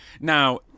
Now